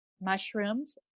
mushrooms